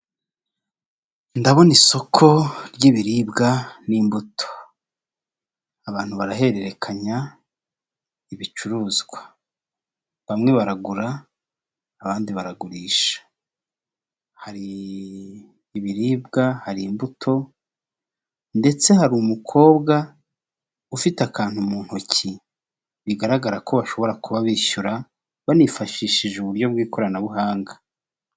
Ndabona isoko ry'ibiribwa n'imbuto abantu barahererekanya ibicuruzwa, bamwe baragura abandi baragurisha. Hari ibiribwa, hari imbuto ndetse hari umukobwa ufite akantu mu ntoki, bigaragara ko bashobora kuba bishyura banifashishije uburyo bw'ikoranabuhanga.